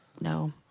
no